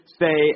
say